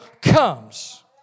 comes